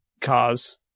cars